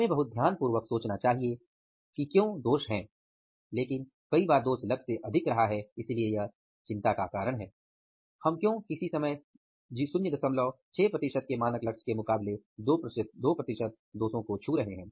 हमें बहुत ध्यानपूर्वक सोचना चाहिए कि क्यों दोष किसी समय 06 प्रतिशत के मानक लक्ष्य के मुकाबले 2 प्रतिशत को छू रहे हैं